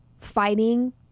fighting